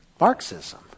Marxism